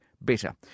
better